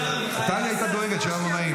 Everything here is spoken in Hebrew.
טלי הייתה דואגת שיהיה לנו נעים.